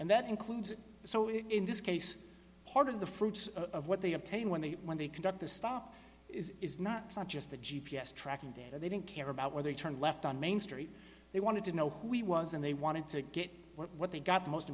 and that includes so in this case part of the fruits of what they obtain when they when they conduct the stop is not not just the g p s tracking data they don't care about where they turn left on main street they wanted to know who he was and they wanted to get what they got the most